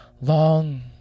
long